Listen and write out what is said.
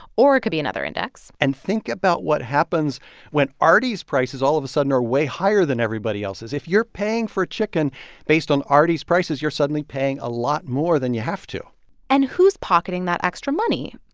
or it could be another index and think about what happens when arty's prices all of sudden are way higher than everybody else's. if you're paying for chicken based on arty's prices, you're suddenly paying a lot more than you have to and who's pocketing that extra money?